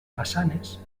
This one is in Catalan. façanes